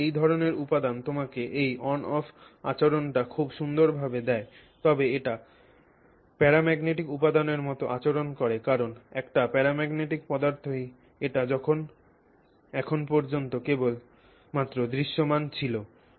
অতএব এই ধরণের উপাদান তোমাকে এই অন অফ আচরণটি খুব সুন্দরভাবে দেয় তবে এটি প্যারাম্যাগনেটিক উপাদানের মত আচরণ করে কারণ একটি প্যারাম্যাগনেটিক পদার্থেই এটি এখন পর্যন্ত কেবলমাত্র দৃশ্যমান ছিল